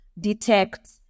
detect